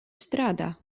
strādā